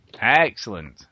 Excellent